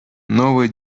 новая